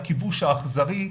הכיבוש האכזרי,